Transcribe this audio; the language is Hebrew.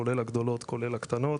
כולל הגדולות וכולל הקטנות.